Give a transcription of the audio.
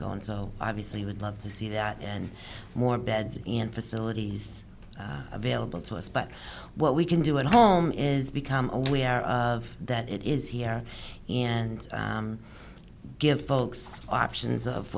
gone so obviously would love to see that and more beds in facilities available to us but what we can do at home is become aware of that it is here and give folks our passions of